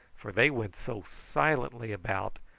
for they went so silently about,